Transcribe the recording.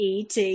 ET